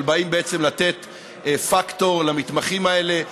בא בעצם לתת פקטור למתמחים האלה.